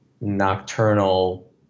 nocturnal